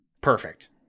Perfect